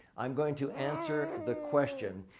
i'm going to answer the question,